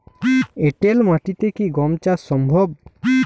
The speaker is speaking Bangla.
এঁটেল মাটিতে কি গম চাষ সম্ভব?